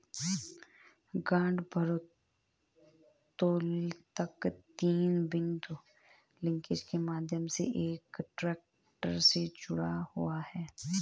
गांठ भारोत्तोलक तीन बिंदु लिंकेज के माध्यम से एक ट्रैक्टर से जुड़ा हुआ है